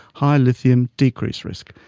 high lithium decreased risk.